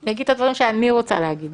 אני אגיד את הדברים שאני רוצה להגיד.